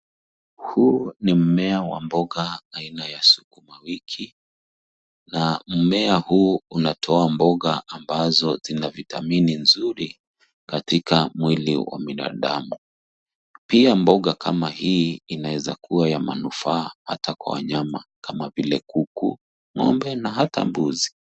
Huu ni mmea wa mboga aina ya sukuma wiki na mmea huu unatoa mboga ambazo zina vitamini nzuri katika mwili wa binadamu. Pia mboga kama hii inaweza kuwa ya manufaa hata kwa wanyama kama vile kuku, ng'ombe na hata mbuzi.